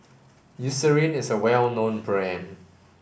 Eucerin is a well known brand